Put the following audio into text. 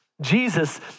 Jesus